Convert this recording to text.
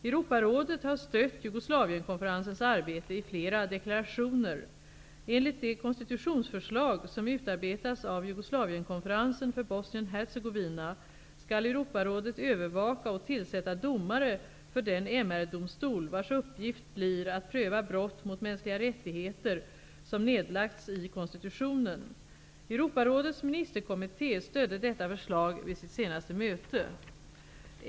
Europarådet har stött Jugoslavienkonferensens arbete i flera deklarationer. Enligt det konstitutionsförslag som utarbetats av Jugoslavienkonferensen för Bosnien-Hercegovina skall Europarådet övervaka och tillsätta domare för den MR-domstol vars uppgift blir att pröva brott mot mänskliga rättigheter som nedlagts i konstitutionen. Europarådets ministerkommitté stödde detta förslag vid sitt senaste möte.